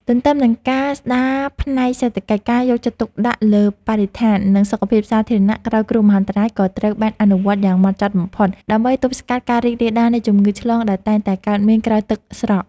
ទន្ទឹមនឹងការស្ដារផ្នែកសេដ្ឋកិច្ច ការយកចិត្តទុកដាក់លើបរិស្ថាន និងសុខភាពសាធារណៈក្រោយគ្រោះមហន្តរាយ ក៏ត្រូវបានអនុវត្តយ៉ាងហ្មត់ចត់បំផុត ដើម្បីទប់ស្កាត់ការរីករាលដាលនៃជំងឺឆ្លងដែលតែងតែកើតមានក្រោយទឹកស្រក។